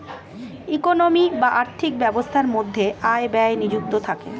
economy বা আর্থিক ব্যবস্থার মধ্যে আয় ব্যয় নিযুক্ত থাকে